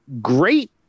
great